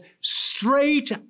straight